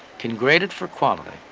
can grade it for quality,